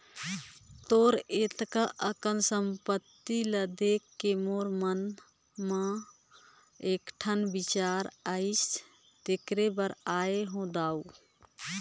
तोर अतेक अकन संपत्ति ल देखके मोर मन मे एकठन बिचार आइसे तेखरे बर आये हो दाऊ